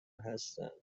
هستند